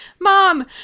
mom